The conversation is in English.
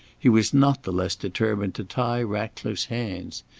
he was not the less determined to tie ratcliffe's hands.